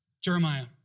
Jeremiah